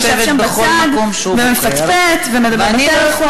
הוא יושב שם בצד ומפטפט ומדבר בטלפון.